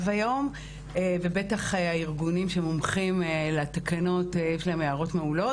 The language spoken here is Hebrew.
היום ובטח לארגונים שמומחים לתקנות יש הערות מעולות,